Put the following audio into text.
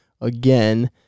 again